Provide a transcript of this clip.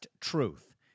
Truth